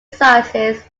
sizes